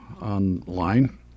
online